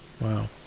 Wow